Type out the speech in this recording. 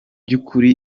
byukuri